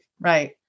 right